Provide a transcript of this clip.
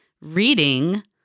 reading